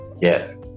Yes